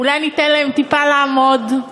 אולי ניתן להם טיפה לעמוד?